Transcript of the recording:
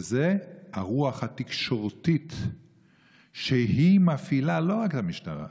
והיא הרוח התקשורתית שהיא מפעילה, לא רק המשטרה,